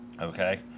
okay